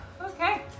Okay